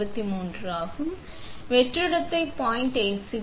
65 ஆகும் வெற்றிடத்தை 0